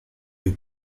have